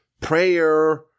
prayer